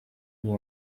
iyo